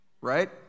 Right